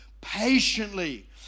patiently